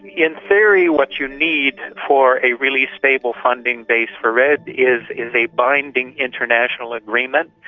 in theory what you need for a really stable funding base for redd is is a binding international agreement,